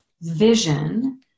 vision